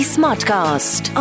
Smartcast